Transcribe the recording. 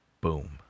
Boom